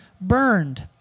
burned